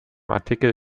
artikel